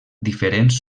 diferents